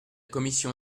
commission